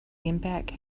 impact